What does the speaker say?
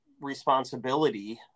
responsibility